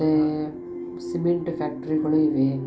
ಮತ್ತೆ ಸಿಮೆಂಟ್ ಫ್ಯಾಕ್ಟ್ರಿಗಳು ಇವೆ